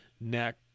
neck